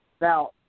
Now